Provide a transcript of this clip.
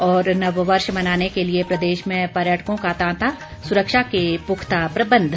और नववर्ष मनाने के लिए प्रदेश में पर्यटकों का तांता सुरक्षा के पुख्ता प्रबंध